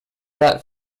that